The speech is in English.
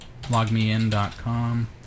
Logmein.com